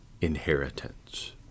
inheritance